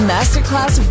Masterclass